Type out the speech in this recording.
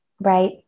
right